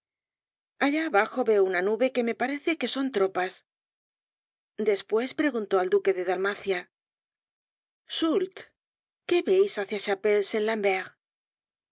allá abajo veo una nube que me parece que son tropas despues preguntó al duque de dalmacia soult qué veis hácia